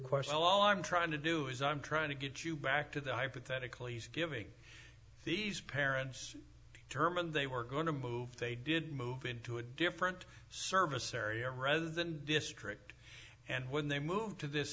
question all i'm trying to do is i'm trying to get you back to the hypothetical he's giving these parents turman they were going to move they did move into a different service area rather than the district and when they moved to this